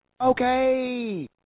Okay